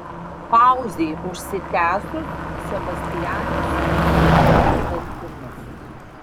pauzei užsitęsus sebastianas sugriežė dantimis